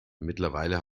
mittlerweile